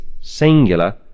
singular